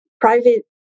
private